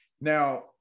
Now